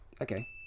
Okay